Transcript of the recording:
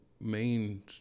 main